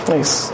Nice